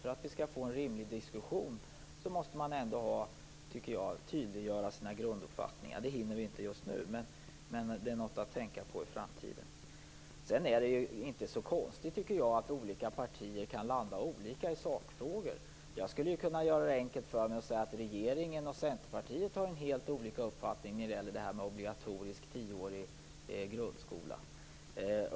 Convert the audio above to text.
För att vi skall få en rimlig diskussion tycker jag att man måste tydliggöra sina grunduppfattningar. Det hinner vi inte just nu, men det är något att tänka på i framtiden. Det är inte så konstigt att olika partier kan landa olika i sakfrågorna. Jag skulle kunna göra det enkelt för mig och säga att regeringen och Centerpartiet har helt olika uppfattningar om den obligatoriska tioåriga grundskolan.